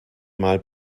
mal